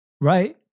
right